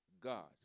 God